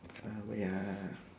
err wait ah